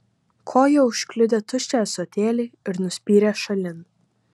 koja užkliudė tuščią ąsotėlį ir nuspyrė šalin